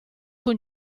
con